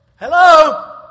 Hello